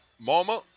mama